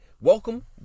welcome